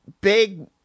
big